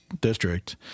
district